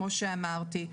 כמו שאמרתי.